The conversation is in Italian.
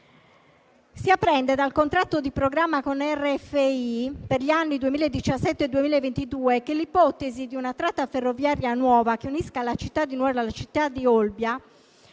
Si apprende dal contratto di programma con RFI per gli anni 2017-2022 che l'ipotesi di una tratta ferroviaria nuova che unisca la città di Nuoro alla città di Olbia